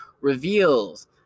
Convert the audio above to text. reveals